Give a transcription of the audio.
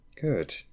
Good